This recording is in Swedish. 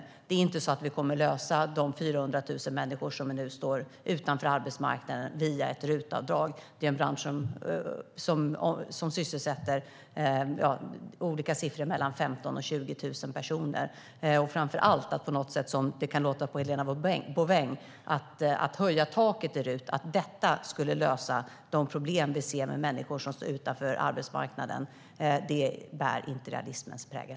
Vi kommer inte att lösa att 400 000 människor står utanför arbetsmarknaden via ett RUT-avdrag. Det är en bransch som sysselsätter mellan 15 000 och 20 000 personer. Att detta att höja taket för RUT skulle lösa de problem vi ser med människor som står utanför arbetsmarknaden, så som det låter på Helena Bouveng, bär inte realismens prägel.